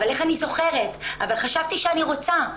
אבל איך אני זוכרת, אבל חשבתי שאני רוצה.